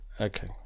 Okay